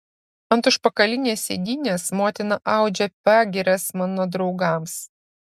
ant užpakalinės sėdynės motina audžia pagyras mano draugams